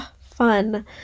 fun